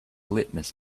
litmus